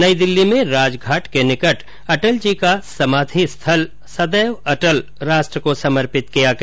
नई दिल्ली में राजघाट के निकट अटल जी का समाधि स्थल सदैव अटल राष्ट्र को समर्पित किया गया